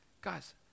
Guys